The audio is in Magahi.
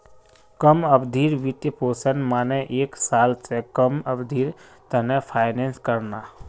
कम अवधिर वित्तपोषण माने एक साल स कम अवधिर त न फाइनेंस करना